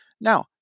Now